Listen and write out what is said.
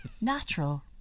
natural